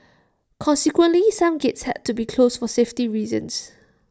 consequently some gates had to be closed for safety reasons